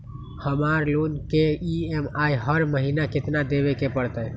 हमरा लोन के ई.एम.आई हर महिना केतना देबे के परतई?